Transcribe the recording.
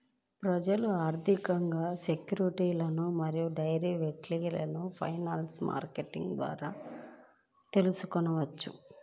ప్రజలు ఆర్థిక సెక్యూరిటీలు మరియు డెరివేటివ్లను ఫైనాన్షియల్ మార్కెట్ల ద్వారా తెల్సుకోవచ్చు